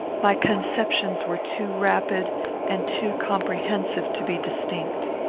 my conceptions were too rapid and too comprehensive to be distinct.